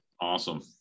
Awesome